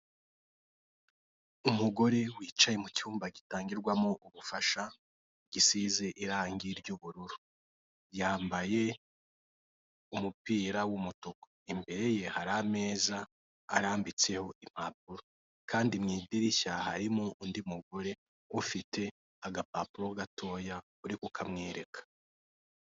Umugore wicaye mu cyumba gitangirwamo ubufasha gisize irangi ry'ubururu, yambaye umupira w'umutuku imbere ye hari ameza arambitseho impapuro, kandi mu idirishya harimo undi mugore ufite agapapuro gatoya urikukamwereka.